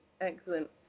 excellent